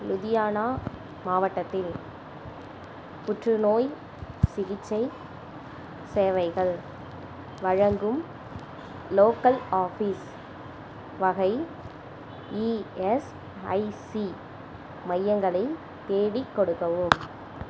லுதியானா மாவட்டத்தின் புற்றுநோய் சிகிச்சை சேவைகள் வழங்கும் லோக்கல் ஆஃபீஸ் வகை இஎஸ்ஐசி மையங்களை தேடிக் கொடுக்கவும்